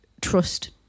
trust